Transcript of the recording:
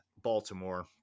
Baltimore